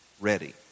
Ready